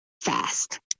fast